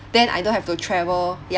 then I don't have to travel ya